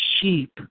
sheep